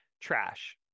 trash